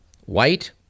white